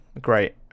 great